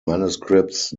manuscripts